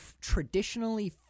traditionally